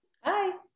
hi